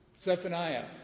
Zephaniah